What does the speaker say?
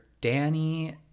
Danny